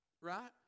right